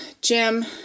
Jim